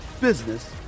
business